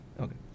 Okay